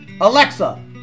Alexa